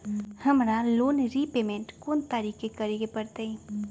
हमरा loan repayment कोन तारीख के करे के परतई?